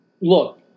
look